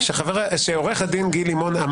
שעו"ד גיל לימון,